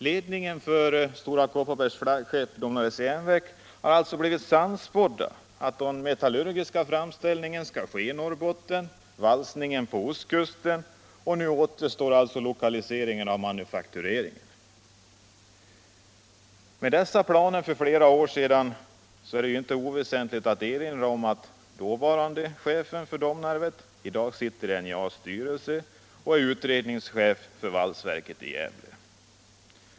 Ledningen för Stora Kopparbergs flaggskepp Domnarvets Jernverk har alltså blivit sannspådd. Den metallurgiska framställningen skall ske i Norrbotten och valsningen på ostkusten, och nu återstår lokaliseringen av manufaktureringen. Med dessa planer, som kom till för flera år sedan, är det inte oväsentligt att erinra om att dåvarande chefen för Domnarvet i dag sitter i NJA:s styrelse och är utredningschef för valsverket i Gävle.